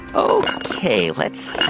ok, let's